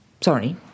sorry